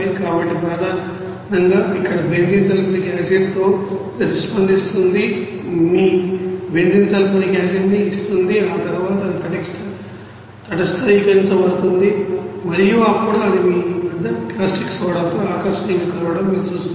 కాబట్టి ప్రధానంగా ఇక్కడ బెంజీన్ సల్ఫ్యూరిక్ యాసిడ్తో ప్రతిస్పందిస్తుంది మీ బెంజీన్ సల్ఫోనిక్ యాసిడ్ని ఇస్తుంది ఆ తర్వాత అది తటస్థీకరించబడుతుంది మరియు అప్పుడు అది మీ వద్ద కాస్టిక్ సోడాతో ఆకర్షణీయంగా కలవటం మీరు చూస్తారు